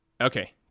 Okay